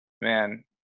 man